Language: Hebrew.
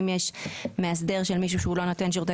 שאם יש מאסדרים של מישהו שהוא לא נותן שירותי